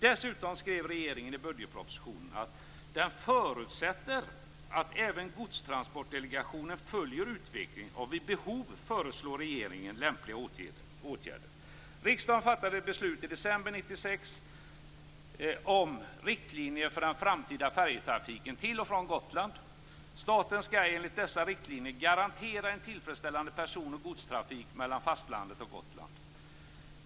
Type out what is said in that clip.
Dessutom skrev regeringen i budgetpropositionen att den förutsätter att även Godstransportdelegationen följer utvecklingen och vid behov föreslår regeringen lämpliga åtgärder. Gotland. Staten skall enligt dessa riktlinjer garantera en tillfredsställande person och godstrafik mellan fastlandet och Gotland.